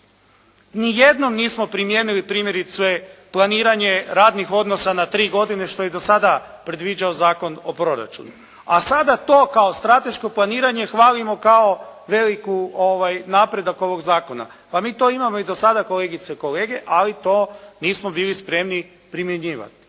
Nijednom nismo primijenili primjerice planiranje radnih odnosa na tri godine što je do sada predviđao Zakon o proračunu. A sada to kao strateško planiranje hvalimo kao veliki napredak ovog zakona. Pa mi to imamo i do sada, kolegice i kolege, ali to nismo bili spremni primjenjivati.